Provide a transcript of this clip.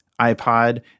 iPod